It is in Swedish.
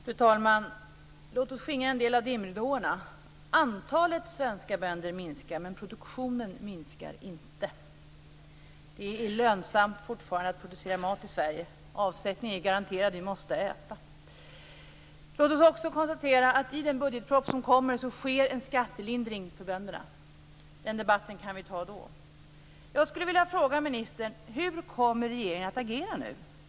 Fru talman! Låt oss skingra en del av dimridåerna. Antalet svenska bönder minskar, men produktionen minskar inte. Det är fortfarande lönsamt att producera mat i Sverige. Avsättningen är garanterad. Vi måste äta. Låt oss också konstatera att i den budgetproposition som kommer föreslås en skattelindring för bönderna. Den debatten kan vi ta då. Jag skulle vilja fråga ministern hur regeringen kommer att agera nu.